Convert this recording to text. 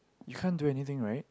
you can't do anything right